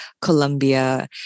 Colombia